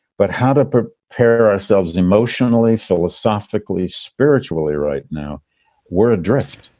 but how to prepare ourselves emotionally, philosophically, spiritually. right now we're adrift